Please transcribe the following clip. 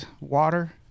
water